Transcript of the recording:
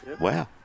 Wow